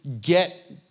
get